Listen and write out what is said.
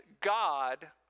God